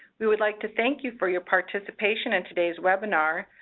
we would like to thank you for your participation in today's webinar.